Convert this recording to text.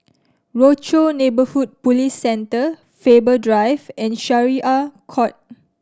Rochor Neighborhood Police Centre Faber Drive and Syariah Court